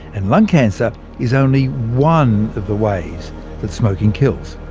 and lung cancer is only one of the ways that smoking kills.